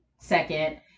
second